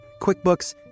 QuickBooks